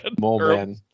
mole-man